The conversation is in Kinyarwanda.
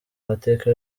mateka